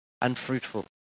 unfruitful